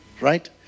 Right